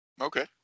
Okay